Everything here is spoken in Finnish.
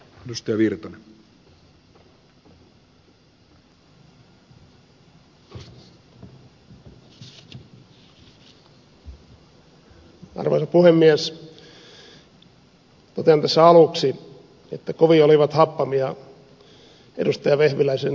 totean tässä aluksi että kovin olivat happamia edustaja vehviläisen pihlajanmarjat